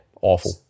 awful